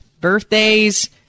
birthdays